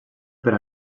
per